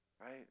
Right